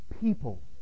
people